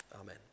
Amen